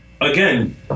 again